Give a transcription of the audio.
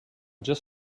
just